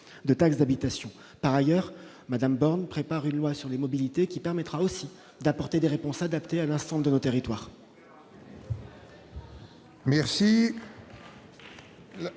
de taxe d'habitation. Enfin, madame Borne prépare une loi sur les mobilités qui permettra aussi d'apporter des réponses adaptées à l'ensemble de nos territoires.